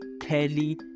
kelly